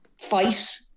fight